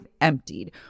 emptied